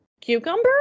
cucumber